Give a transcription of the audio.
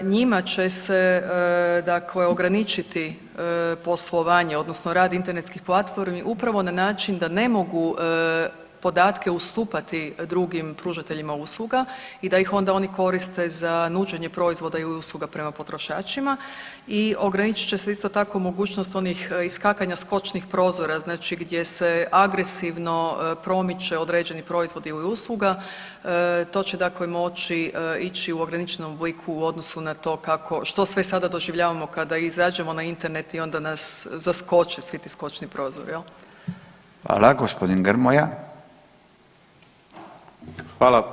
Njima će se dakle ograničiti poslovanje, odnosno rad internetskih platformi upravo na način da ne mogu podatke ustupati drugim pružateljima usluga i da ih onda oni koriste za nuđenje proizvoda i usluga prema potrošačima i ograničit će se, isto tako, mogućnost onih iskakanja skočnih prozora, znači gdje se agresivno promiče određeni proizvod ili usluga, to će dakle moći ići u ograničenom obliku u odnosu na to kako, što sve sada doživljavamo kada izađemo na internet i onda nas zaskoči svi ti skočni prozori, je li?